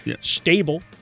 stable